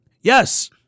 Yes